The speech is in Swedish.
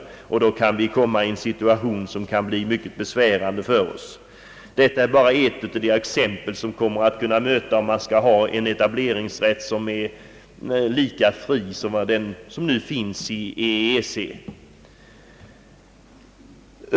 Detta kan medföra en för oss mycket besvärande situation. Och detta är bara ett exempel på de svårigheter som kan uppstå om vi skall ha en etableringsrätt som är lika fri som den EEC nu har.